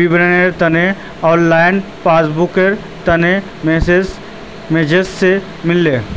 विवरनेर तने ऑनलाइन पस्स्बूकर तने मेनेजर से मिलले